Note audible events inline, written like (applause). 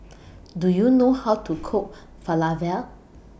(noise) Do YOU know How to Cook Falafel